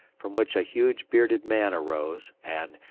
from which a huge bearded man arose and,